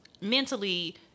mentally